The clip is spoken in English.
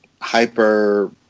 hyper